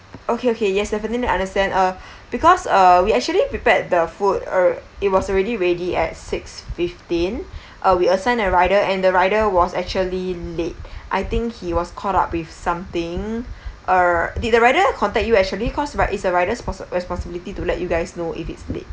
okay okay yes definitely understand uh because uh we actually prepared the food uh it was already ready at six fifteen uh we assign that rider and the rider was actually late I think he was caught up with something uh did the rider contact you actually cause right it's the rider's respon~ responsibility to let you guys know if he's late